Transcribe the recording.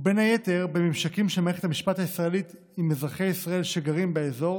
ובין היתר בממשקים של מערכת המשפט הישראלית עם אזרחי ישראל שגרים באזור,